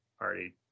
already